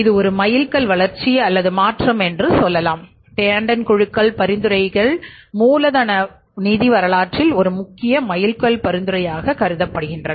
இது ஒரு மைல்கல் வளர்ச்சி அல்லது மாற்றம் என்று சொல்லலாம் டேண்டன் குழுக்கள் பரிந்துரைகள் மூலதன நிதி வரலாற்றில் ஒரு முக்கிய மைல்கல் பரிந்துரையாக கருதப்படுகின்றன